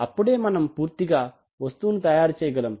అప్పుడే మనం పూర్తిగా వస్తువును తయారు చేయగలం